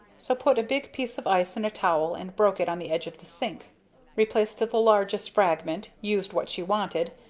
so put a big piece of ice in a towel and broke it on the edge of the sink replaced the largest fragment, used what she wanted,